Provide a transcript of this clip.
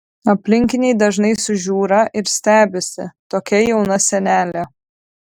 aplinkiniai dažnai sužiūra ir stebisi tokia jauna senelė